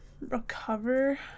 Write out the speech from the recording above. recover